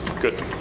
Good